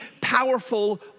powerful